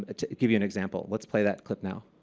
ah to give you an example. let's play that clip, now.